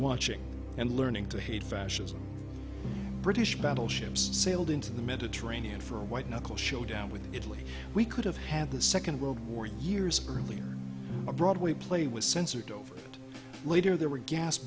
watching and learning to hate fascism british battleships sailed into the mediterranean for a white knuckle showdown with italy we could have had the second world war two years earlier a broadway play was censored over later there were gas